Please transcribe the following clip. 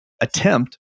attempt